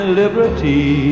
liberty